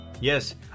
Yes